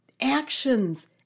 actions